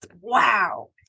wow